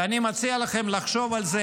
ואני מציע לכם לחשוב על זה.